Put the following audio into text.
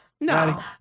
No